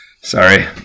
sorry